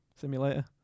simulator